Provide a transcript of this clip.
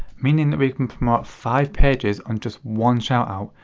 meaning that we can promote five pages on just one shoutout.